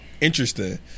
interesting